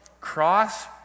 cross